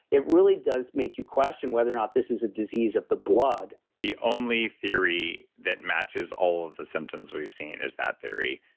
it really does make you question whether or not this is a disease of the blood the only theory that matches all of the symptoms that we've seen is that theory.